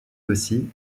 aussi